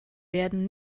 werden